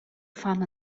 fan